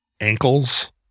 ankles